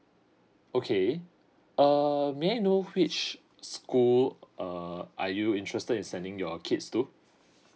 okay err may I know which school err are you interested in sending your kids to